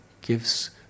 gives